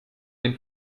den